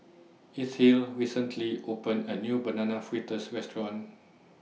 Ethyle recently opened A New Banana Fritters Restaurant